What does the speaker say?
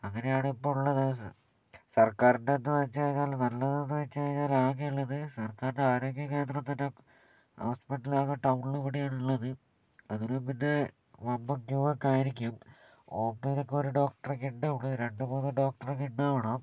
അങ്ങനെയാണ് ഇപ്പോൾ ഉള്ളത് സർക്കാരിൻ്റെ എന്ന് വച്ചു കഴിഞ്ഞാൽ നല്ലതെന്ന് വച്ചു കഴിഞ്ഞാൽ ആകെയുള്ളത് സർക്കാരിൻ്റെ ആരോഗ്യ കേന്ദ്രം തന്നെ ഹോസ്പിറ്റൽ ആകെ ടൗണിൽ ഇവിടെയാണ് ഉള്ളത് അതിലും പിന്നെ വമ്പൻ ക്യൂ ഒക്കെ ആയിരിക്കും ഒ പിയിലൊക്കെ ഒരു ഡോക്ടറൊക്കെയുണ്ട് ഇവിടെ രണ്ട് മൂന്ന് ഡോക്ടറൊക്കെ ഉണ്ടാവണം